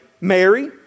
Mary